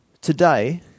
Today